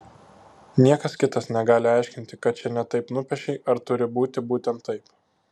niekas kitas negali aiškinti kad čia ne taip nupiešei ar turi būti būtent taip